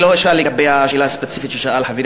אני לא אשאל לגבי השאלה הספציפית ששאלו חברי